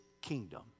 kingdom